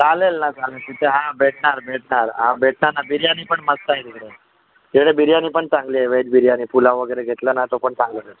चालेल ना चालेल तिथे हां भेटणार भेटणार भेटणार ना बिर्याणी पण मस्त आहे तिकडं तिकडे बिर्याणी पण चांगली आहे व्हेज बिर्याणी पुलाव वगैरे घेतला ना तो पण चांगला